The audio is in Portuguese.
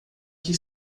que